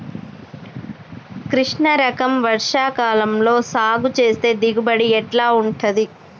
కృష్ణ రకం వర్ష కాలం లో సాగు చేస్తే దిగుబడి ఎట్లా ఉంటది?